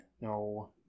No